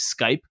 Skype